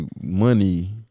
Money